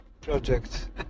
project